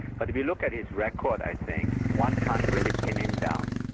but if you look at his record i think one can't really pin him down.